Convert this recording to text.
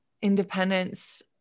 independence